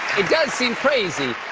it does seem crazy.